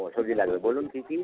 ও সবজি লাগবে বলুন কী কী